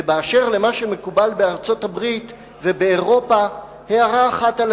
ובאשר למה שמקובל בארצות-הברית ובאירופה הערה אחת על